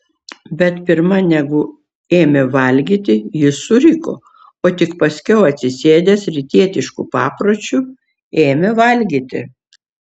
bet pirma negu ėmė valgyti jis suriko o tik paskiau atsisėdęs rytietišku papročiu ėmė valgyti